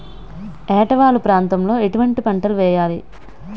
ఏటా వాలు ప్రాంతం లో ఎటువంటి పంటలు వేయాలి?